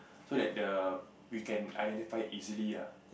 so that the we can identify easily ah